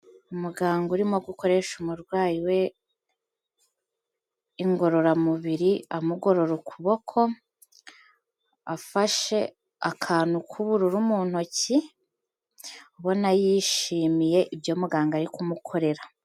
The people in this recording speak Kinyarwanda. Umuganga urimo gukoresha umurwayi we ingororamubiri amugorora ukuboko, afashe akantu k'ubururu mu ntoki, ubona yishimiye ibyo muganga ari kumukorera.